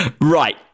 Right